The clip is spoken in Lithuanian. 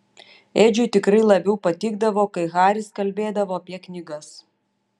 edžiui tikrai labiau patikdavo kai haris kalbėdavo apie knygas